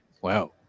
Wow